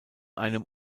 einem